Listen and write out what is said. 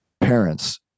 Parents